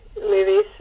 movies